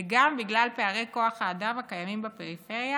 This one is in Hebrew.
וגם בגלל פערי כוח האדם הקיימים בפריפריה